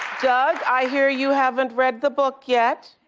doug, i hear you haven't read the book yet.